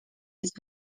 jest